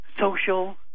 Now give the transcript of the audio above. social